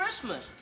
Christmas